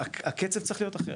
הקצב צריך להיות אחר.